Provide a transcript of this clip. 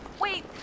Wait